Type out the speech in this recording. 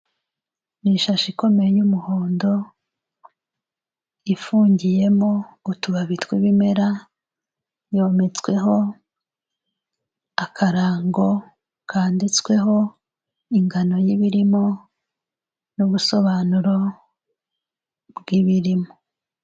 Ni ishashi ikomeye y'umuhondo ifungiyemo utubabi tw'ibimera, yometsweho akarango kanditsweho ingano y'ibirimo n'ubusobanuro bw'ibirimo.